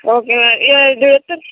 ஓகேங்க இதை இது எத்தனை